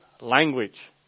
language